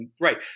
Right